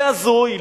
זה הזוי?